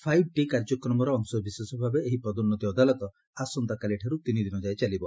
five T କାର୍ଯ୍ୟକ୍ରମର ଅଂଶବିଶେଷ ଭାବେ ଏହି ପଦୋନ୍ତତି ଅଦାଲତ ଆସନ୍ତାକାଲିଠାରୁ ତିନିଦିନଯାଏ ଚାଲିବ